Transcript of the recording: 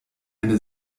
eine